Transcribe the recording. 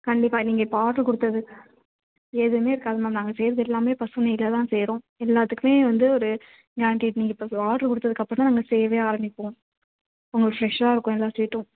கண்டிப்பாக நீங்கள் இப்போ ஆர்டர் கொடுத்தது எதுவுமே இருக்காது மேம் நாங்கள் செய்யறது எல்லாமே பசுநெய்யில் தான் செய்யறோம் எல்லாத்துக்குமே வந்து ஒரு நீங்கள் ஆர்டர் கொடுத்ததுக்கு அப்பறம்தான் அவங்க செய்யவே ஆரம்பிப்போம் உங்களுக்கு ப்ரெஷ்ஷாக இருக்கும் எல்லா ஸ்வீட்டும்